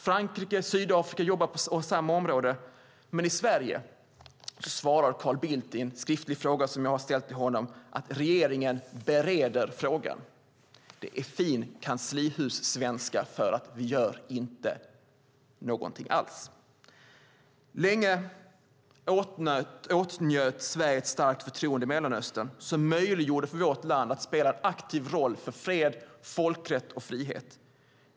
Frankrike och Sydafrika jobbar på samma område, men i Sverige svarar Carl Bildt på en skriftlig fråga som jag har ställt till honom att regeringen bereder frågan. Det är fin kanslihussvenska för att vi inte gör någonting alls. Länge åtnjöt Sverige ett starkt förtroende i Mellanöstern som möjliggjorde för vårt land att spela en aktiv roll för fred, folkrätt och frihet.